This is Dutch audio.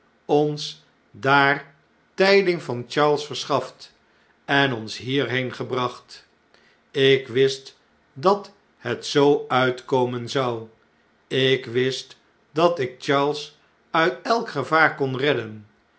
ons daar tn'ding van charles verschaft en ons hierheen gebraeht ik wist dat het zoo uitkomen zou ik wist dat ik charles uit elk gevaar kon redden